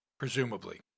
presumably